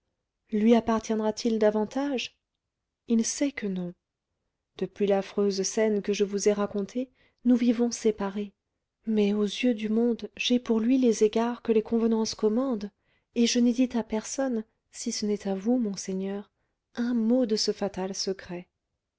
lui appartiendra t il davantage il sait que non depuis l'affreuse scène que je vous ai racontée nous vivons séparés mais aux yeux du monde j'ai pour lui les égards que les convenances commandent et je n'ai dit à personne si ce n'est à vous monseigneur un mot de ce fatal secret